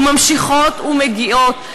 וממשיכות ומגיעות,